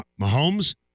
Mahomes